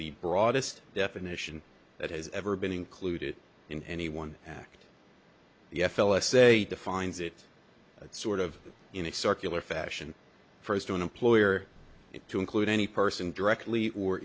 the broadest definition that has ever been included in any one act the f l s eight defines it sort of in a circular fashion first to an employer to include any person directly or